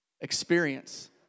experience